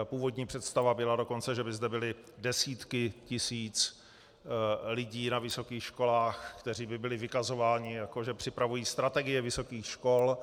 Původní představa byla dokonce, že by zde byly desítky tisíc lidí na vysokých školách, kteří by byli vykazováni, jako že připravují strategie vysokých škol.